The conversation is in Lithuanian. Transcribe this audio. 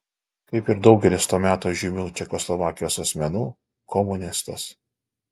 kaip ir daugelis to meto žymių čekoslovakijos asmenų komunistas